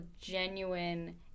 genuine